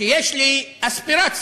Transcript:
יש לי אספירציה,